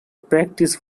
practice